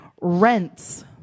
rents